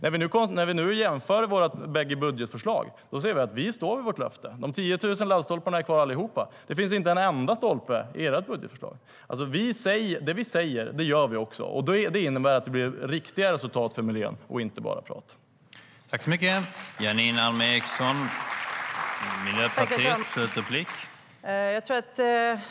STYLEREF Kantrubrik \* MERGEFORMAT Utgiftsramar och beräkning av stats-inkomsterna